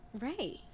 right